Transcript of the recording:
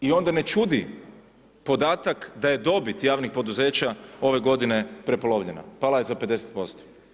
I onda ne čudi podatak da je dobit javnih poduzeća ove godine prepolovljena, pala je za 50%